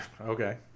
Okay